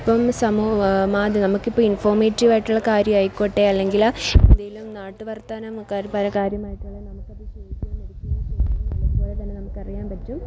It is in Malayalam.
ഇപ്പം നമ്മൾക്ക് ഇപ്പോൾ ഇൻഫോമേറ്റീവ് ആയിട്ടുള്ള കാര്യമായിക്കോട്ടെ അല്ലെങ്കിൽ എന്തെങ്കിലും നാട്ടു വർത്തമാനമൊക്കെ ആ യ പല കാര്യമായിക്കോട്ടെ നമുക്ക് അത് ചെയ്യാൻ നമുക്ക് അറിയാൻ പറ്റും